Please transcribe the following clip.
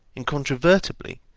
incontrovertibly,